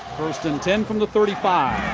first and ten from the thirty five.